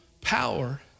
power